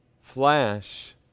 Flash